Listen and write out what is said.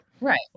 Right